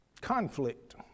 conflict